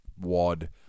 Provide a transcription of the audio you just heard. wad